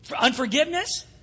Unforgiveness